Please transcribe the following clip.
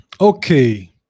Okay